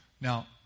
Now